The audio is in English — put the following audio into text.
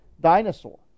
dinosaur